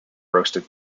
roasted